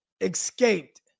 escaped